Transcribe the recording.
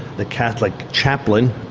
the catholic chaplain,